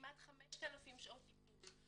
כמעט 5000 שעות טיפול,